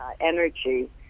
energy